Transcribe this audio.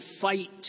fight